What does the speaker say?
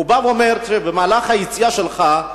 הוא אומר: במהלך היציאה שלך,